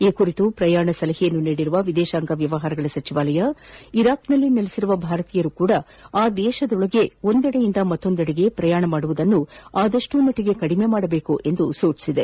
ಈ ಕುರಿತು ಪ್ರಯಾಣ ಸಲಹೆಯನ್ನು ನೀಡಿರುವ ವಿದೇಶಾಂಗ ವ್ಯವಹಾರಗಳ ಸಚಿವಾಲಯ ಇರಾಕ್ನಲ್ಲಿ ನೆಲೆಸಿರುವ ಭಾರತೀಯರು ಸಹ ಆ ದೇಶದೊಳಗೆ ಒಂದೆಡೆಯಿಂದ ಮತ್ತೊಂದೆಡೆಗೆ ಪ್ರಯಾಣಿಸುವುದನ್ನು ಆದಷ್ಟು ಮಟ್ಟಿಗೆ ಕಡಿಮೆ ಮಾಡಬೇಕು ಎಂದು ಹೇಳಿದೆ